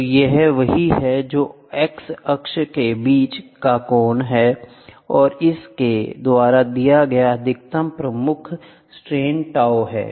तो यह वही है जो X अक्ष के बीच का कोण है और इसके द्वारा दिया गया अधिकतम प्रमुख स्ट्रेन ताऊ है